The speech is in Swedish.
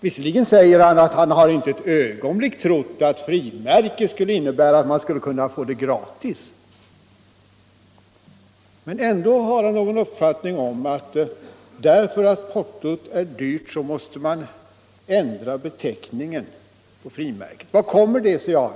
Visserligen säger han att han inte ett ögonblick har trott att beteckningen frimärke skulle innebära att man kunde få märket gratis, men ändå har han uppfattningen att därför att portot är dyrt måste man ändra beteckningen. Vad kommer beteckningen frimärke av?